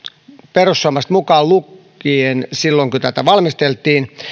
perussuomalaiset mukaan lukien silloin kun tätä valmisteltiin